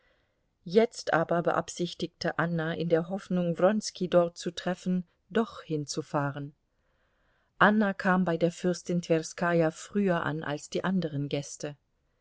jetzt aber beabsichtigte anna in der hoffnung wronski dort zu treffen doch hinzufahren anna kam bei der fürstin twerskaja früher an als die anderen gäste